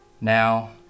now